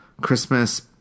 Christmas